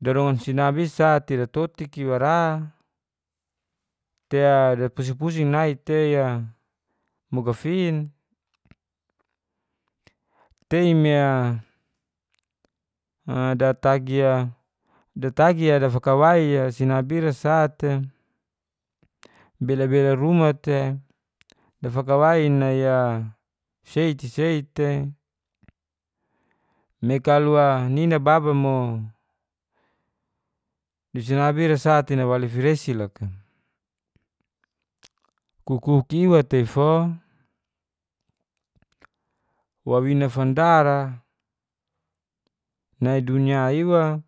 Darongar sinabi i sa te datotik i wa ra te a dapusing pusing nai te a mo gafin tei me a a datagi a datagi a dafakawai a sinabi ira sa te belabela ruma te dafakawai nai a sei te sei te me kalo a nina baba mo di sinabi ira saa te nawali firesi loka. kukuk iwa tei fo wawina fanda ra nai dunia iwa